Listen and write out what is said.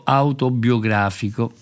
autobiografico